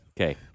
Okay